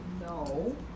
No